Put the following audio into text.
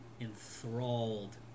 enthralled